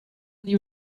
new